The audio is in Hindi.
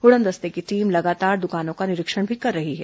उड़नदस्ते की टीम लगातार दुकानों का निरीक्षण भी कर रही है